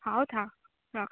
ହଉ ଥାଅ ରଖ